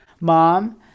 Mom